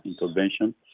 intervention